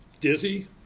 dizzy